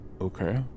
Okay